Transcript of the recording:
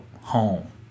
home